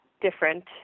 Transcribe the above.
different